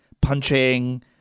punching